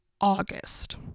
August